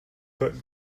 hood